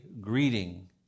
greeting